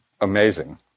amazing